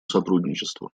сотрудничеству